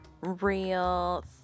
real